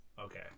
Okay